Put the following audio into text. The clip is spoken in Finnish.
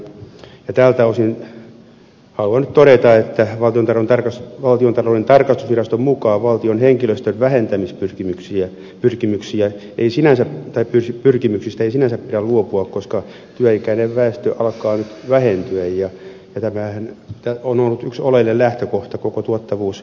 tältä osin haluan nyt todeta että valtiontalouden tarkastusviraston mukaan valtion henkilöstön vähentämispyrkimyksiä pyrkimyksiä ei sinänsä tee pysy vähentämispyrkimyksistä ei sinänsä pidä luopua koska työikäinen väestö alkaa nyt vähentyä ja tämähän on ollut yksi oleellinen lähtökohta koko tuottavuusohjelmalle